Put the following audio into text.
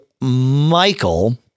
michael